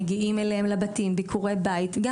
מגיעים אליהם לבתים לביקורים בית גם